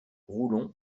roulon